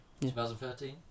2013